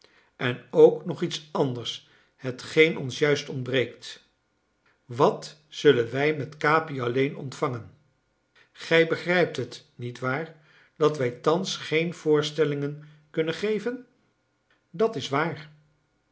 en ook nog iets anders hetgeen ons juist ontbreekt wat zullen wij met capi alleen ontvangen gij begrijpt het nietwaar dat wij thans geen voorstellingen kunnen geven dat is waar